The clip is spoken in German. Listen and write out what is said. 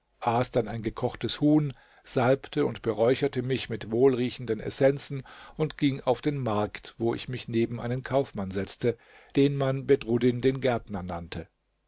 aß dann ein gekochtes huhn salbte und beräucherte mich mit wohlriechenden essenzen und ging auf den markt wo ich mich neben einen kaufmann setzte den man bedruddin den gärtner nannte